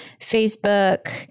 Facebook